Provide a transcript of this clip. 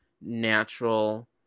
natural